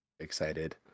Excited